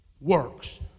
works